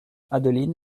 adeline